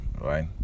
right